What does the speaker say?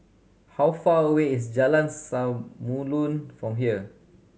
how far away is Jalan Samulun from here